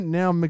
now